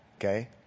Okay